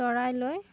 লৰাই লৈ